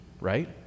right